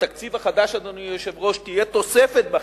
בתקציב החדש, אדוני היושב-ראש, תהיה תוספת בחינוך,